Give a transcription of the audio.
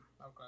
Okay